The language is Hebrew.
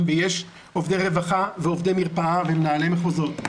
ויש עובדי רווחה ועובדי מרפאה ומנהלי מחוזות,